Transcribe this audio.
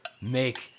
make